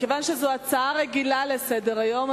מכיוון שזו הצעה רגילה לסדר-היום,